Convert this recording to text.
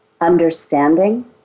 understanding